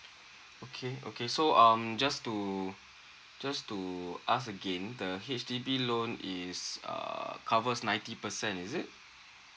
okay okay so um just to just to ask again the H_D_B loan is err covers ninety percent is it